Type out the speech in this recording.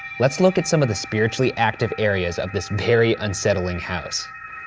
let's look at some of the spiritually active areas of this very unsettling house.